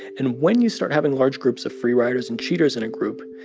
and when you start having large groups of free riders and cheaters in a group,